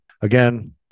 again